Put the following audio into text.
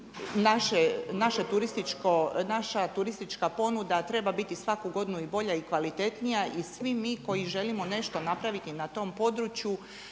naša turistička ponuda treba biti svaku godinu i bolja i kvalitetnija. I svi mi koji želimo nešto napraviti na tom području